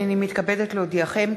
הנני מתכבדת להודיעכם,